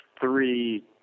three